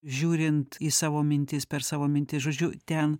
žiūrint į savo mintis per savo mintis žodžiu ten